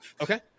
Okay